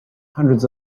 hundreds